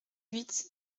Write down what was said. huit